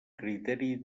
criteri